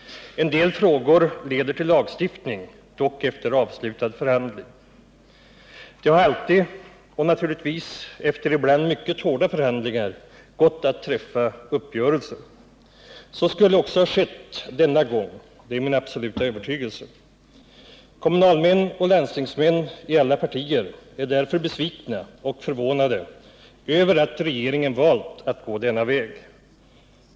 En del frågor leder till lagstiftning, dock först efter avslutad förhandling. Det har alltid, ibland naturligtvis efter mycket hårda förhandlingar, gått att träffa uppgörelse. Så skulle också ha skett denna gång, det är min absoluta övertygelse. Kommunalmän och landstingsmän i alla partier är därför besvikna och förvånade över att regeringen valt att gå denna väg.